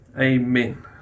amen